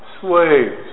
slaves